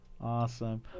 Awesome